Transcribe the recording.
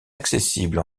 accessible